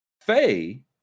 Faye